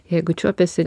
jeigu čiuopiasi